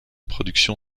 production